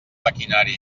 maquinari